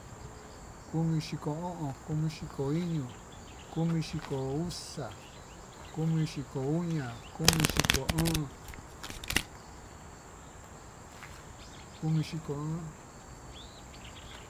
Komixhiko o'on, koxhiko iño, komixhiko uxa, komixhiko uña, komixhiko óón, koxhiko óón.